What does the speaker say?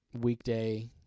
weekday